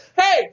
hey